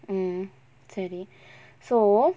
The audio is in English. mm சரி:sari so